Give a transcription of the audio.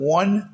one